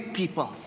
people